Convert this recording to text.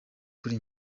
kuri